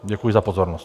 Děkuji za pozornost.